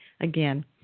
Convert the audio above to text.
again